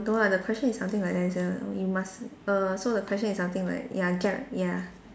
no ah the question is something like that the you must err so the question is something like ya get ya